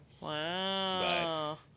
Wow